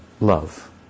love